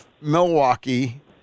Milwaukee